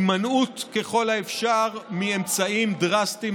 הימנעות ככל האפשר מאמצעים דרסטיים,